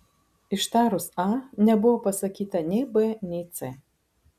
ištarus a nebuvo pasakyta nei b nei c